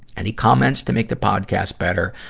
any comments to make the podcast better?